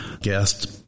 guest